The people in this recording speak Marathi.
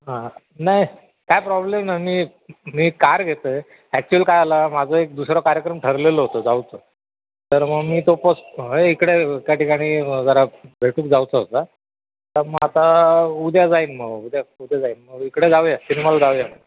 हां नाही काय प्रॉब्लेम नाही मी मी कार घेतो आहे ॲक्च्युअली काय आला माझं एक दुसरा कार्यक्रम ठरलेलं होतं जाऊचं तर मग मी तो पोस्ट इकडे काय ठिकाणी जरा भेटूक जाऊचा होता तर मग आता उद्या जाईन मग उद्या उद्या जाईन मग इकडे जाऊ या सिनेमाला जाऊ या